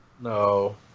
No